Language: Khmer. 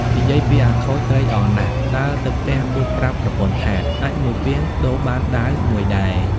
និយាយពីអាខូចត្រេកអរណាស់ ដើរទៅផ្ទះអួតប្រាប់ ប្រពន្ធថា “អាចម៏មួយពាងដូរបានដាវ១ដែរ ” ។